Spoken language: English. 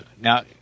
now